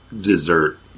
dessert